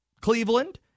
Cleveland